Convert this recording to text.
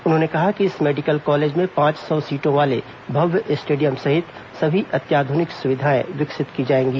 उन्होंने कहा कि इस मेडिकल कॉलेज में पांच सौ सीटों वाले भव्य स्टेडियम सहित सभी अत्याधुनिक सुविधाएं विकसित की जाएंगी